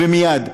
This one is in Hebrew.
ומייד,